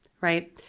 right